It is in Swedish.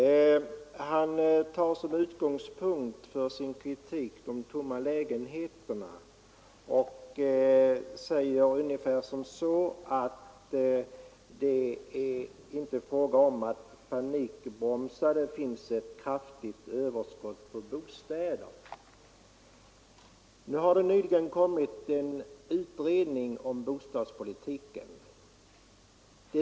Herr Granstedt tog som utgångspunkt för sin kritik de tomma lägenheterna och sade ungefär att det är inte fråga om att panikbromsa, men det finns ett kraftigt överskott på bostäder i regionen. Det har nyligen kommit en utredning om bostadspolitiken.